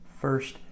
first